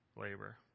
labor